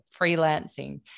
freelancing